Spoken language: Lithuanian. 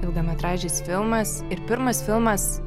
ilgametražis filmas ir pirmas filmas